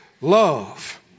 love